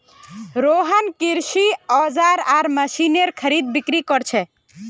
रोहन कृषि औजार आर मशीनेर खरीदबिक्री कर छे